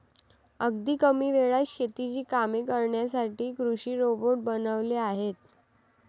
अगदी कमी वेळात शेतीची कामे करण्यासाठी कृषी रोबोट बनवले आहेत